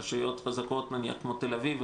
רשויות חזקות כמו תל-אביב,